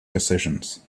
decisions